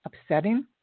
upsetting